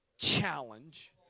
challenge